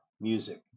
music